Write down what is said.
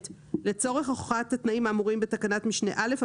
(ב)לצורך הוכחת התנאים האמורים בתקנת משנה (א) ,